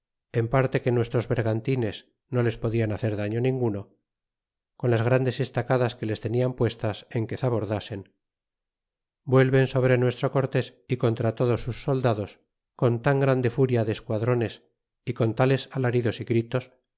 en parte que nuestros bergantines no les podian hacer daño ninguno con las grandes estacadas que les tenian puestas en que zabordasen vuelven sobre nuestro cortés y contra todos sus soldados con tan grande furia de esquadrones y con tales alaridos y gritos